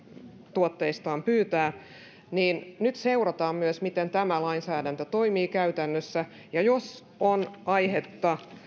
tuotteistaan pyytää ja nyt hallitus seuraa miten tämä lainsäädäntö toimii käytännössä ja jos on aihetta